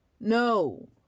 No